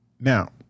Now